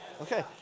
Okay